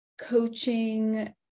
coaching